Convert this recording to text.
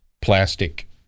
plastic